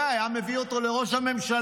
היה מביא אותו לראש הממשלה,